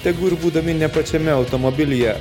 tegu ir būdami ne pačiame automobilyje